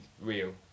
real